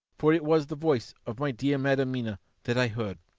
for it was the voice of my dear madam mina that i heard.